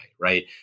right